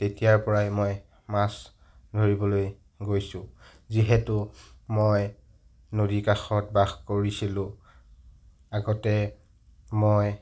তেতিয়াৰ পৰাই মই মাছ ধৰিবলৈ গৈছোঁ যিহেতু মই নদীৰ কাষত বাস কৰিছিলোঁ আগতে মই